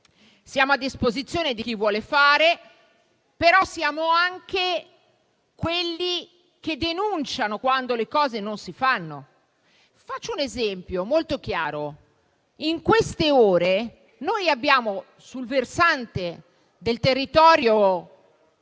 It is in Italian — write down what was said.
essere a disposizione di chi vuole fare, però siamo anche quelli che denunciano quando le cose non si fanno. Faccio un esempio molto chiaro: in queste ore, sul versante del territorio